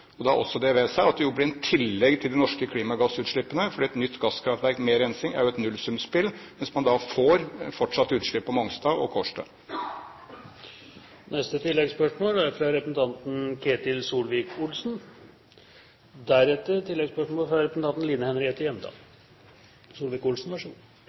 også det ved seg at det jo blir et tillegg til de norske klimagassutslippene, for et nytt gasskraftverk med rensing er jo et nullsumspill, hvis man da fortsatt får utslipp på Mongstad og Kårstø. Ketil Solvik-Olsen – til oppfølgingsspørsmål. Vi ser dessverre her hvem som er